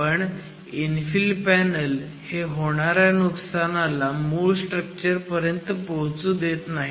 पण infill panel हे होणाऱ्या नुकसानाला मूळ स्ट्रक्चर पर्यंत पोहोचू देत नाही